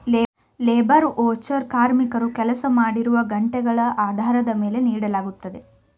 labour voucher ಕಾರ್ಮಿಕರು ಕೆಲಸ ಮಾಡಿರುವ ಗಂಟೆಗಳ ಆಧಾರದ ಮೇಲೆ ನೀಡಲಾಗುತ್ತದೆ